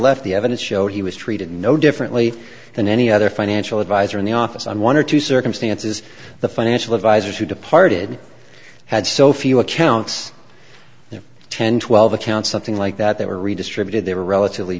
left the evidence showed he was treated no differently than any other financial advisor in the office on one or two circumstances the financial advisors who departed had so few accounts their ten twelve accounts something like that they were redistributed they were relatively